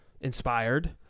inspired